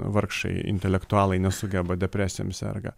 vargšai intelektualai nesugeba depresijom serga